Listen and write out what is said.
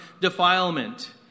defilement